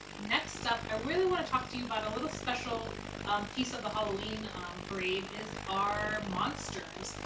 next up, i really wanna talk to you about a little special piece of the halloween parade, is our monsters.